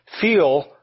feel